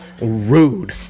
rude